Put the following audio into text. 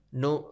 no